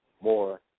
more